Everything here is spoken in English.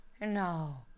no